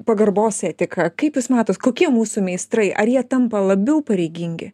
pagarbos etika kaip jūs matot kokie mūsų meistrai ar jie tampa labiau pareigingi